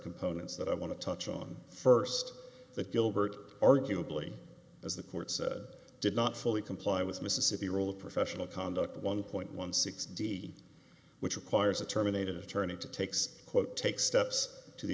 components that i want to touch on first that gilbert arguably as the court said did not fully comply with mississippi roll of professional conduct one point one six d which requires a terminated attorney to takes quote take steps to the